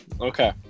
Okay